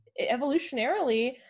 evolutionarily